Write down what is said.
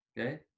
okay